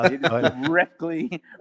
Directly